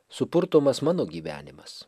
supurtomas mano gyvenimas